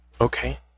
okay